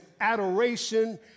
adoration